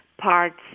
parts